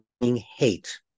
hate